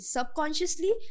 Subconsciously